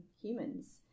humans